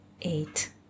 eight